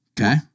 Okay